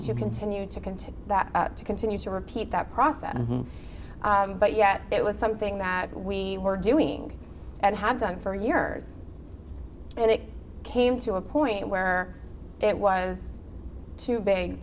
to continue that to continue to repeat that process but yet it was something that we were doing and have done for years and it came to a point where it was too